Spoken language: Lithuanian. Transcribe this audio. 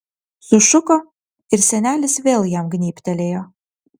sušuko ir senelis vėl jam gnybtelėjo